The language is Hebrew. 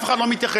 אף אחד לא מתייחס.